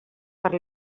per